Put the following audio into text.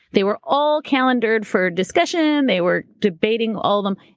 they were all calendared for discussion. they were debating all of them.